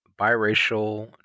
biracial